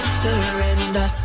surrender